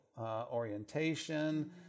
Orientation